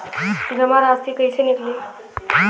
जमा राशि कइसे निकली?